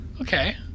Okay